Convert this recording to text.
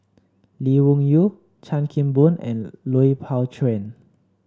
Lee Wung Yew Chan Kim Boon and Lui Pao Chuen